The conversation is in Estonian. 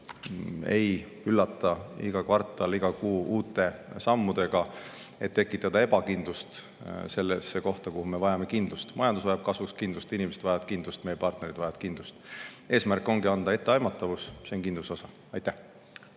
ei üllata iga kvartal ja iga kuu uute sammudega, tekitades ebakindlust seal, kus me vajame kindlust. Majandus vajab kasvuks kindlust, inimesed vajavad kindlust, meie partnerid vajavad kindlust. Eesmärk ongi anda etteaimatavust, see on kindluse osa. Aitäh